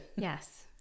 Yes